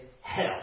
hell